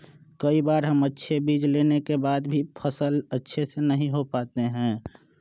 कई बार हम अच्छे बीज लेने के बाद भी फसल अच्छे से नहीं हो पाते हैं?